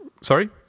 Sorry